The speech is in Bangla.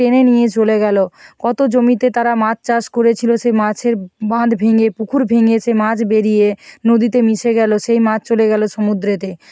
টেনে নিয়ে চলে গেলো কতো জমিতে তারা মাছ চাষ করেছিলো সেই মাছের বাঁধ ভেঙে পুকুর ভেঙে সে মাছ বেরিয়ে নদীতে মিশে গেলো সেই মাছ চলে গেলো সমুদ্রেতে